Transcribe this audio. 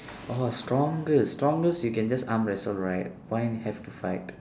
oh strongest strongest you can just arm wrestle right why have to fight